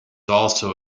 also